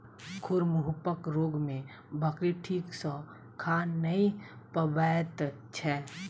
खुर मुँहपक रोग मे बकरी ठीक सॅ खा नै पबैत छै